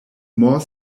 more